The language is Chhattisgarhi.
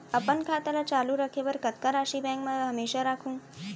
अपन खाता ल चालू रखे बर कतका राशि बैंक म हमेशा राखहूँ?